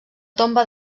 tomba